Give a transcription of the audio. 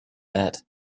that